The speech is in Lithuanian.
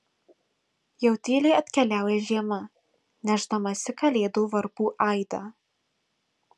jau tyliai atkeliauja žiema nešdamasi kalėdų varpų aidą